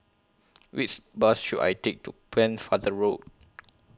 Which Bus should I Take to Pennefather Road